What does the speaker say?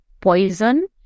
poison